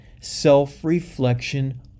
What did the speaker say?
self-reflection